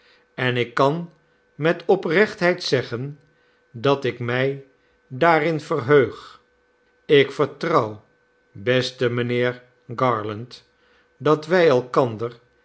en ik kan met oprechtheid zeggen dat ik mij daarin verheug ik vertrouw beste mijnheer garland dat wij elkander